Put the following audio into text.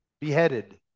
Beheaded